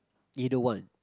either one